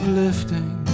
lifting